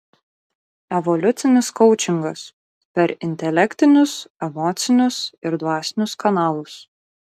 evoliucinis koučingas per intelektinius emocinius ir dvasinius kanalus